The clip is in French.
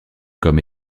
comme